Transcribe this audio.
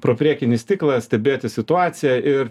pro priekinį stiklą stebėti situaciją ir